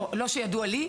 לא שידוע לי.